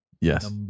Yes